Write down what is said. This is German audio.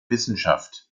wissenschaft